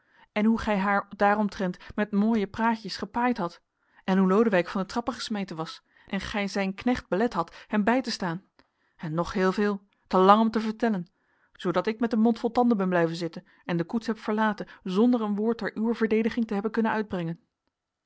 en hoe gij haar daaromtrent met mooie praatjes gepaaid had en hoe lodewijk van de trappen gesmeten was en gij zijn knecht belet hadt hem bij te staan en nog heel veel te lang om te vertellen zoodat ik met een mond vol tanden ben blijven zitten en de koets heb verlaten zonder een woord ter uwer verdediging te hebben kunnen uitbrengen